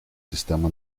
sistema